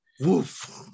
woof